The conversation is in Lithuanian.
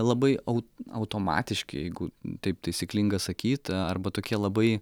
labai au automatiški jeigu taip taisyklinga sakyt arba tokie labai